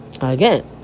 again